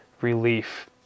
relief